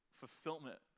fulfillment